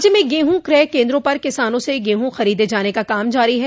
राज्य में गेहूँ क्रय केन्द्रों पर किसानों से गेहूँ खरीदे जाने का काम जारी है